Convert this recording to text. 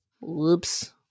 whoops